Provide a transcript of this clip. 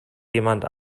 jemand